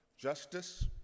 justice